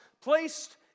placed